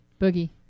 Boogie